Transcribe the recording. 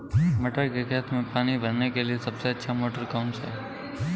मटर के खेत में पानी भरने के लिए सबसे अच्छा मोटर कौन सा है?